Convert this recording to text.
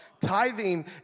Tithing